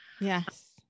yes